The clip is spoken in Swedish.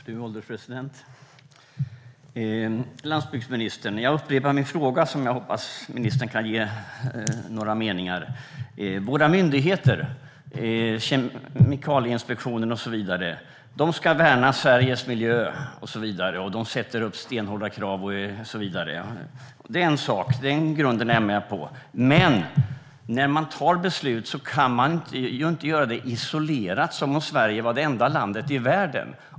Fru ålderspresident! Landsbygdsministern! Jag upprepar min fråga som jag hoppas att ministern kan kommentera. Våra myndigheter - Kemikalieinspektionen med flera - ska värna Sveriges miljö, och de sätter upp stenhårda krav, det är jag med på. Men man kan inte fatta beslut isolerat som om Sverige var det enda landet i världen.